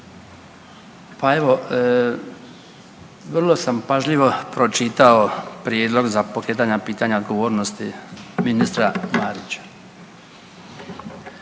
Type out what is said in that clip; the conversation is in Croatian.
Pa evo vrlo sam pažljivo pročitao Prijedlog za pokretanja pitanja odgovornosti ministra Marića